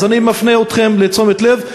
אז אני מפנה אתכם, לתשומת לב.